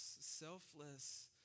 selfless